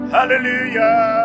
Hallelujah